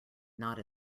not